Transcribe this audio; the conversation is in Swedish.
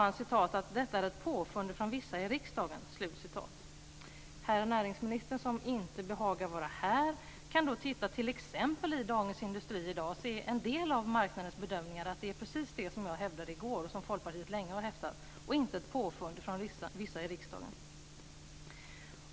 Han sade: Detta är ett påfund från vissa i riksdagen. Herr näringsminister, som inte behagar vara här, kan titta t.ex. i Dagens Industri i dag och se en del av marknadens bedömningar. Det är precis så som jag hävdade i går och som Folkpartiet länge har hävdat. Det är inte ett påfund från vissa i riksdagen.